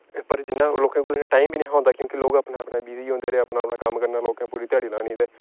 पर जियां लोकें कोल इन्ना टाइम बी नेईं हा होंदा क्योंकि लोक अपने अपने बिजी होंदे रेह् अपना अपना कम्म करना लोकें पूरी ध्याड़ी लानी ते